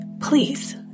Please